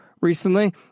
recently